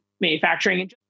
manufacturing